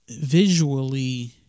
visually